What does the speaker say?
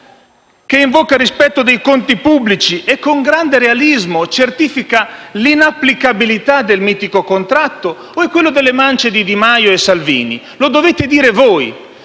che invoca il rispetto dei conti pubblici e, con grande realismo, certifica l'inapplicabilità del «mitico» contratto, o è quello delle mance di Di Maio e Salvini? Lo dovete dire voi,